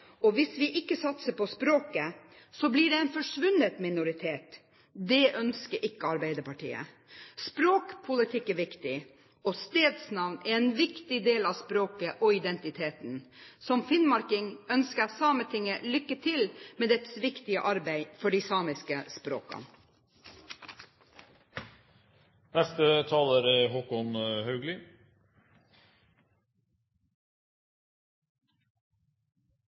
Og hvis vi ikke satser på språket, blir det en forsvunnet minoritet. Det ønsker ikke Arbeiderpartiet. Språkpolitikk er viktig, og stedsnavn er en viktig del av språket og identiteten. Som finnmarking ønsker jeg Sametinget lykke til med dets viktige arbeid for de samiske språkene.